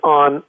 on